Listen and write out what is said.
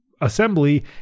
assembly